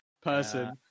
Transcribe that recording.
person